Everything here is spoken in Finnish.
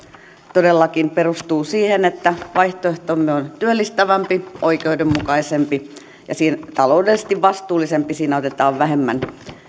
todellakin perustuu siihen että vaihtoehtomme on työllistävämpi oikeudenmukaisempi ja taloudellisesti vastuullisempi siinä otetaan vähemmän